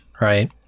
Right